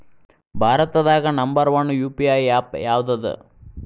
ಭಾರತದಾಗ number one UPI app ಯಾವದದ